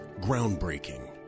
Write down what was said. Groundbreaking